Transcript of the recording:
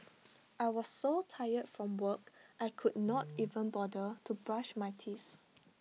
I was so tired from work I could not even bother to brush my teeth